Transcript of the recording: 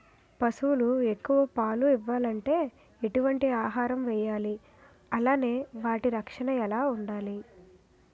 పశువులు ఎక్కువ పాలు ఇవ్వాలంటే ఎటు వంటి ఆహారం వేయాలి అలానే వాటి రక్షణ ఎలా వుండాలి?